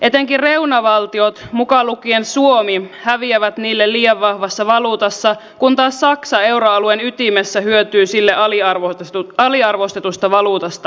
etenkin reunavaltiot mukaan lukien suomi häviävät niille liian vahvassa valuutassa kun taas saksa euroalueen ytimessä hyötyy sille aliarvostetusta valuutasta